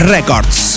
Records